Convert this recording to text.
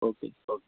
okay okay